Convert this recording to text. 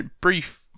brief